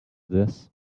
this